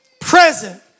present